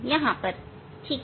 ठीक है